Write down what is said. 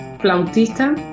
flautista